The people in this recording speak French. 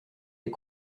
les